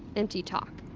empty talk.